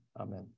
Amen